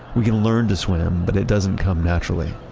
we can learn to swim, but it doesn't come naturally.